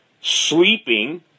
sleeping